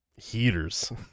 Heaters